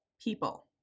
people